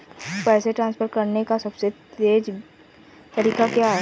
पैसे ट्रांसफर करने का सबसे तेज़ तरीका क्या है?